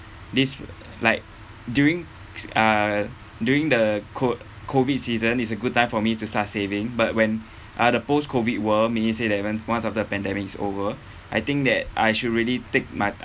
this like during uh during the co~ COVID season is a good time for me to start saving but when uh the post-COVID world means you say that when once after pandemic is over I think that I should really take my time